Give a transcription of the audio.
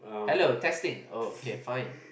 hello testing oh K fine